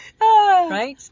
Right